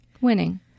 Winning